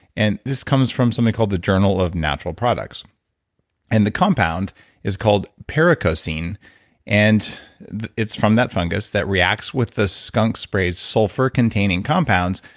and this comes from something called the journal of natural products and the compound is called pericosine and it's from that fungus that reacts with the skunk spray's sulfur containing compounds,